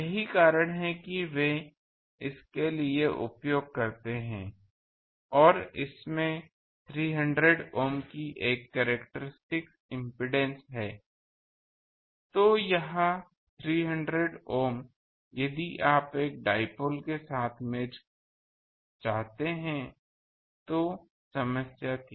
यही कारण है कि वे इसके लिए उपयोग करते हैं और इसमें 300 ohm की एक कैरेक्टरिस्टिक इम्पीडेन्स है तो यह 300 ohm यदि आप एक डाइपोल के साथ मैच चाहते हैं तो समस्या थी